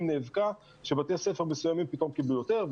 נאבקה שבתי ספר מסוימים פתאום קיבלו יותר,